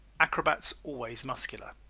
acrobats always muscular